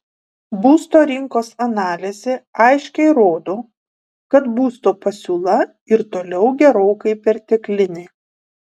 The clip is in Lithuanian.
būsto rinkos analizė aiškiai rodo kad būsto pasiūla ir toliau gerokai perteklinė